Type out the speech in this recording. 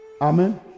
Amen